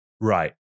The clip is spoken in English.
right